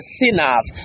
sinners